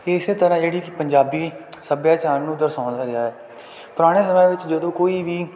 ਇਸ ਤਰ੍ਹਾਂ ਜਿਹੜੀ ਕਿ ਪੰਜਾਬੀ ਸੱਭਿਆਚਾਰ ਨੂੰ ਦਰਸਾਉਂਦਾ ਰਿਹਾ ਹੈ ਪੁਰਾਣੇ ਸਮਿਆਂ ਵਿੱਚ ਜਦੋਂ ਕੋਈ ਵੀ